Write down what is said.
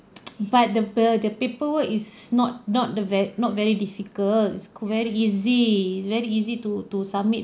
but the bur~ the paperwork is not not the ve~ not very difficult it's very easy it's very easy to to submit